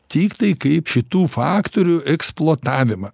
tiktai kaip šitų faktorių eksploatavimą